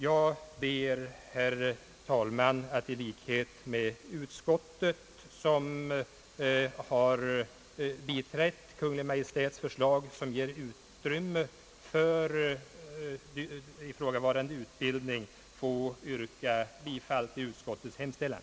Jag ber, herr talman, att få yrka bifall till utskottets hemställan.